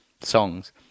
songs